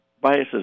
biases